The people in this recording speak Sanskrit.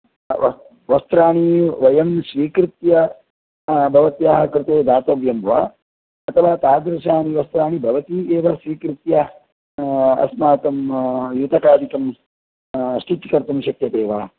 हा व वस्त्राणि वयं स्वीकृत्य भवत्याः कृते दातव्यं वा अथवा तादृशानि वस्त्राणि भवती एव स्वीकृत्य अस्माकं युतकादिकं स्टिच् कर्तुं शक्यते वा